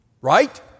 Right